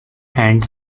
hand